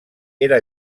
era